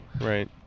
right